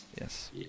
Yes